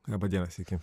laba diena sveiki